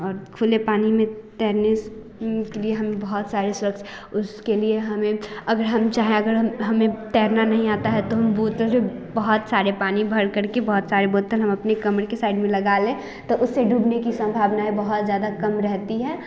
और खुले पानी में तैरने के लिए बहुत सारे शख्स उसके लिए हमें अगर हम चाहे अगर हमें तैरना नहीं आता है तो बहुत सारे पानी भर कर बहुत सारे बोतल हम अपने कमरे के साइड में लगा ले तो उससे डूबने की संभावना है बहुत ज़्यादा कम रहती है